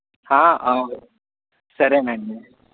అవును సరే అండి